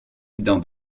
dans